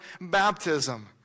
baptism